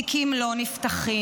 תיקים לא נפתחים,